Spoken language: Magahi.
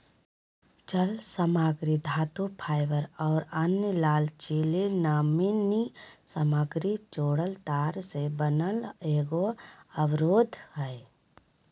जालसामग्री धातुफाइबर और अन्य लचीली नमनीय सामग्री जोड़ल तार से बना एगो अवरोध हइ